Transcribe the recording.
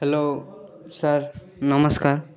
hello sir ନମସ୍କାର